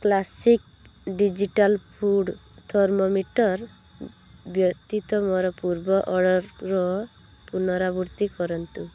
classic digital food thermometer ବ୍ୟତୀତ ମୋର ପୂର୍ବ ଅର୍ଡ଼ର୍ର ପୁନରାବୃତ୍ତି କରନ୍ତୁ